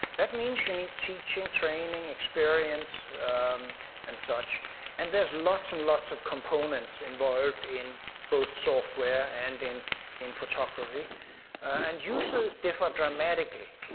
that means you need teaching, training, experience and such and there's lots and lots of components involved in both software and in in photography and users differ dramatically,